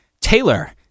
Taylor